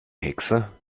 hexe